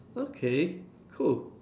okay cool